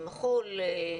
מחול,